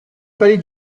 palais